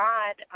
God